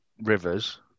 Rivers